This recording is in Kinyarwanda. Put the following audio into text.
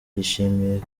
yishimiye